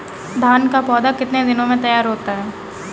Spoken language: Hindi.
धान का पौधा कितने दिनों में तैयार होता है?